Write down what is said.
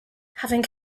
having